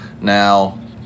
Now